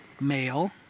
male